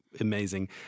amazing